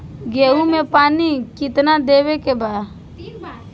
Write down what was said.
गेहूँ मे पानी कितनादेवे के बा?